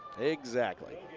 exactly,